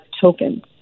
tokens